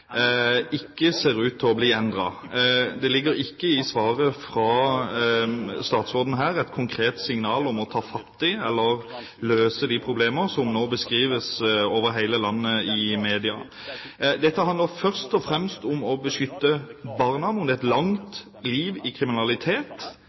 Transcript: å bli endret. Det ligger ikke i svaret fra statsråden her noe konkret signal om å ta fatt i eller løse de problemer som nå beskrives over hele landet i media. Dette handler først og fremst om å beskytte barna fra et